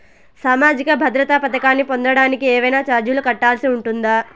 సామాజిక భద్రత పథకాన్ని పొందడానికి ఏవైనా చార్జీలు కట్టాల్సి ఉంటుందా?